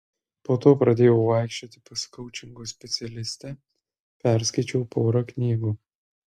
po to pradėjau vaikščioti pas koučingo specialistę perskaičiau porą knygų